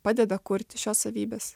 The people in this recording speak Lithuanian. padeda kurti šios savybės